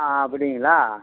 ஆ அப்படிங்களா